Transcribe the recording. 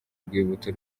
urwibutso